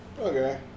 Okay